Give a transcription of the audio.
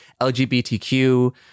LGBTQ